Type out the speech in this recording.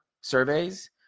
surveys